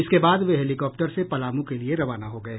इसके बाद वे हेलीकाप्टर से पलामू के लिये रवाना हो गये